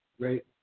great